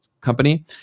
company